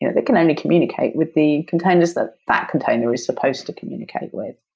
you know they can only communicate with the containers that that container is supposed to communicate with.